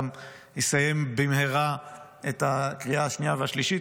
גם יסיים במהרה את הקריאה השנייה והשלישית.